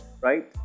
right